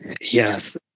yes